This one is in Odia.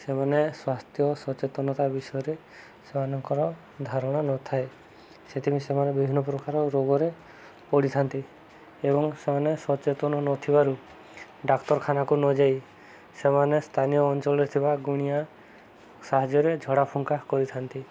ସେମାନେ ସ୍ୱାସ୍ଥ୍ୟ ସଚେତନତା ବିଷୟରେ ସେମାନଙ୍କର ଧାରଣା ନ ଥାଏ ସେଥିପାଇଁ ସେମାନେ ବିଭିନ୍ନ ପ୍ରକାର ରୋଗରେ ପଡ଼ିଥାନ୍ତି ଏବଂ ସେମାନେ ସଚେତନ ନ ଥିବାରୁ ଡାକ୍ତରଖାନାକୁ ନ ଯାଇ ସେମାନେ ସ୍ଥାନୀୟ ଅଞ୍ଚଳରେ ଥିବା ଗୁଣିଆ ସାହାଯ୍ୟରେ ଝଡ଼ା ଫୁଙ୍କା କରିଥାନ୍ତି